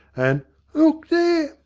and look there!